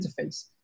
interface